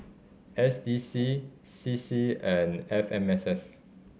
S D C C C and F M S S